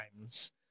times